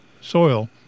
soil